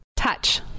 Touch